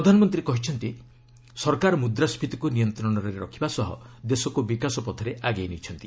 ପ୍ରଧାନମନ୍ତ୍ରୀ କହିଛନ୍ତି ସରକାର ମୁଦ୍ରାସ୍କାତିକୁ ନିୟନ୍ତ୍ରଣରେ ରଖିବା ସହ ଦେଶକୁ ବିକାଶ ପଥରେ ଆଗେଇ ନେଇଛନ୍ତି